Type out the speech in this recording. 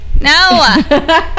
No